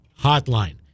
Hotline